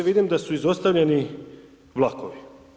Vidim da su izostavljeni vlakovi.